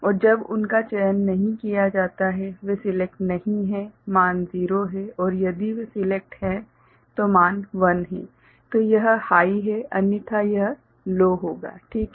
और जब उनका चयन नहीं किया जाता है वे सिलेक्ट नहीं हैं मान 0 हैं और यदि वे सिलेक्ट है तो मान 1 हैं तो यह हाइ है अन्यथा यह लो होगा ठीक है